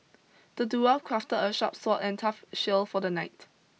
the dwarf crafted a sharp sword and a tough shield for the knight